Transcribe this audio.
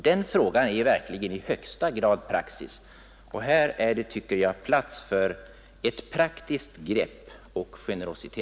Den frågan är verkligen i högsta grad praktisk. Här är det, tycker jag, angeläget att efterlysa generositet från statsrådets sida.